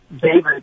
David